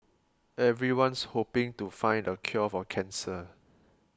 everyone's hoping to find the cure for cancer